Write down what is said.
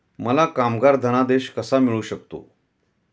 मला कामगार धनादेश कसा मिळू शकतो?